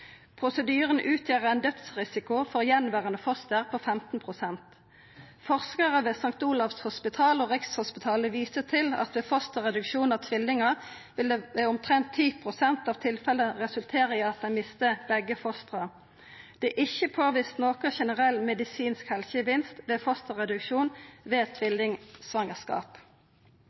Prosedyren utgjer ein dødsrisiko på 15 pst. for fostera som er igjen. Forskarar ved St. Olavs hospital og Rikshospitalet viser til at ved fosterreduksjon av tvillingar vil det i omtrent 10 pst. av tilfella resultera i at ein mister begge fostera. Det er ikkje påvist nokon generell medisinsk gevinst ved fosterreduksjon